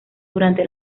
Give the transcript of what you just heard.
durante